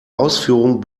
ausführungen